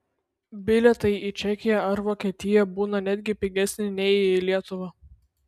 bilietai į čekiją ar vokietiją būna netgi pigesni nei į lietuvą